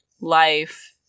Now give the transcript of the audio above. life